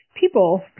people